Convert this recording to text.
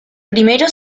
primero